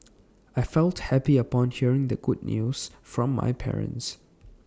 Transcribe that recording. I felt happy upon hearing the good news from my parents